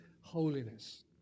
holiness